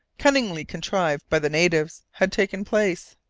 cunningly contrived by the natives, had taken place.